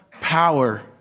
power